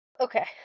Okay